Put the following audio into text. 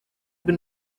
been